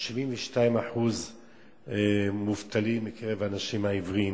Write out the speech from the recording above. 72% מובטלים מקרב האנשים העיוורים